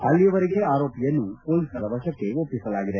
ಅಲ್ಲಿಯವರೆಗೆ ಆರೋಪಿಯನ್ನು ಪೊಲೀಸರ ವಶಕ್ಕೆ ಒಪ್ಪಿಸಲಾಗಿದೆ